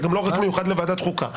זה גם לא רק מיוחד לוועדת חוקה.